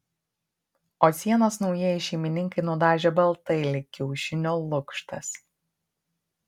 o sienas naujieji šeimininkai nudažė baltai lyg kiaušinio lukštas